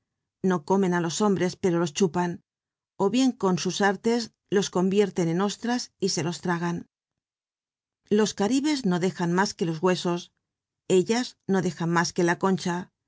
no comen á los hombres pero los chupan ó bien con sus artes los convierten en ostras y se los tragan los caribes no dejan mas que los huesos ellas no dejan mas que la concha